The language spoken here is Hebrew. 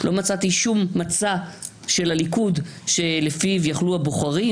לא מצאתי שום מצע של הליכוד שלפיו יוכלו הבוחרים